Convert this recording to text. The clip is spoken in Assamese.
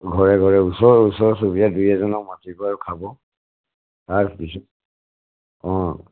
ঘৰে ঘৰে ওচৰ ওচৰ চুবুৰীয়া দুই এজনক মাতিব আৰু খাব তাৰপিছত অঁ